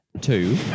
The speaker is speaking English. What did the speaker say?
Two